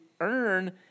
earn